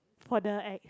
what the heck